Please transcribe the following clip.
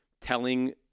telling